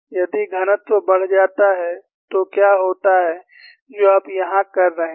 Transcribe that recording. यदि घनत्व बढ़ जाता है तो क्या होता है जो आप यहां कर रहे हैं